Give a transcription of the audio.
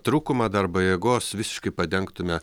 trūkumą darbo jėgos visiškai padengtume